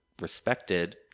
respected